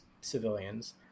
civilians